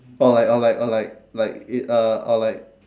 or like or like or like like it uh or like